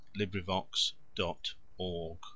LibriVox.org